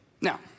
Now